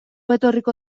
etorriko